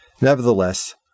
Nevertheless